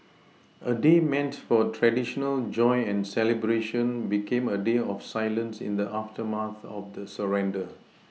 a day meant for traditional joy and celebration became a day of silence in the aftermath of the surrender